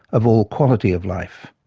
of all quality of life.